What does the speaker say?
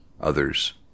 others